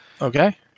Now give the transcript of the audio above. Okay